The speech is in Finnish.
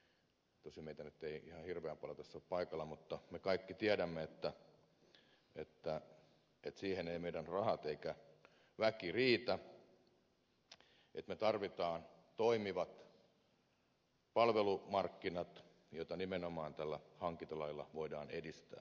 me kaikki tosin meitä nyt ei ihan hirveän paljon tässä ole paikalla mutta me kaikki tiedämme että siihen eivät meidän rahamme eikä väki riitä että me tarvitsemme toimivat palvelumarkkinat joita nimenomaan tällä hankintalailla voidaan edistää